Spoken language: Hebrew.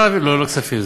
לא, לא כספים.